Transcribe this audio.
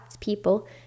people